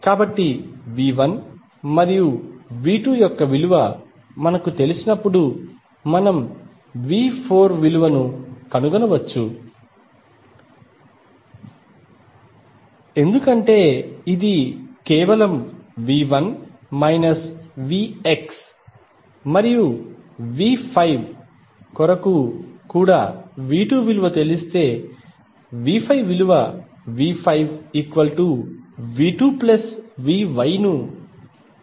కాబట్టి V1 మరియు V2 యొక్క విలువ మనకు తెలిసినప్పుడు మనం V4 విలువను కనుగొనవచ్చు ఎందుకంటే అది కేవలం V1 Vx మరియు V5 కొరకు కూడా V2 విలువ తెలిస్తే V5V2Vy విలువను కనుగొనవచ్చు